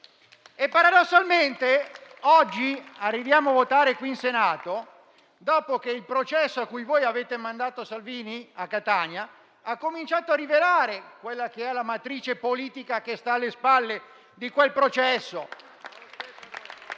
Paradossalmente, arriviamo oggi a votare qui in Senato dopo che il processo a cui voi avete mandato Salvini a Catania ha cominciato a rivelare quella che è la matrice politica che ne sta alle spalle, con